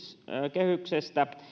kehyksestä